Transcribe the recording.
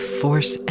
force